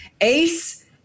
Ace